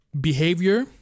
behavior